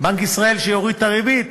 בנק ישראל יוריד את הריבית,